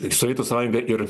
sovietų sąjunga ir